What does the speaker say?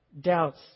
doubts